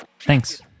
Thanks